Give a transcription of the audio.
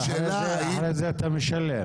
ואחרי זה אתה משלם.